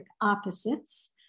opposites